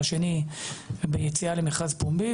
והשני ביציאה למכרז פומבי,